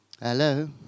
Hello